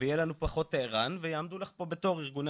ויהיה לנו פחות "טהרן" ויעמדו לך פה בתור ארגוני